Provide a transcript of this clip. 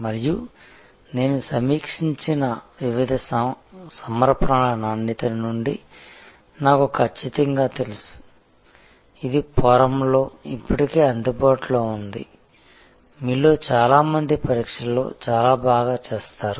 మరియు నేను సమీక్షించిన వివిధ సమర్పణల నాణ్యత నుండి నాకు ఖచ్చితంగా తెలుసు ఇది ఫోరమ్లో ఇప్పటికే అందుబాటులో ఉంది మీలో చాలామంది పరీక్షలో చాలా బాగా చేస్తారు